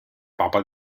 papa